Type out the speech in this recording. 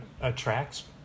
attracts